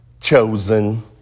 chosen